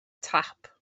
tap